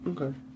Okay